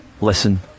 listen